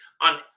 on